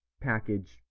package